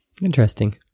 Interesting